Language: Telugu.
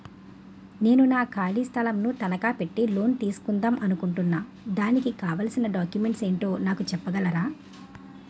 నేను నా ఖాళీ స్థలం ను తనకా పెట్టి లోన్ తీసుకుందాం అనుకుంటున్నా దానికి కావాల్సిన డాక్యుమెంట్స్ ఏంటో నాకు చెప్పగలరా?